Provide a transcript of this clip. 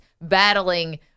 battling